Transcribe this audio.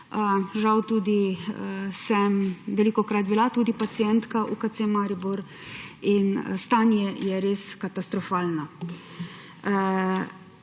žal sem velikokrat bila tudi pacientka UKC Maribor in stanje je res katastrofalno.